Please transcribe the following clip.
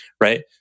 right